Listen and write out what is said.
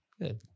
good